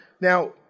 now